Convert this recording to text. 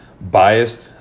biased